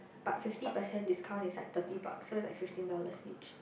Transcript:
but fifty percent discount it's like thirty bucks so it's like fifteen dollars each